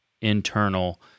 internal